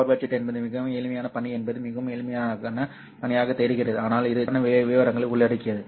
எனவே power budget என்பது மிகவும் எளிமையான பணி என்பது மிகவும் எளிமையான பணியாகத் தெரிகிறது ஆனால் இது சிக்கலான விவரங்களை உள்ளடக்கியது